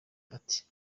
ati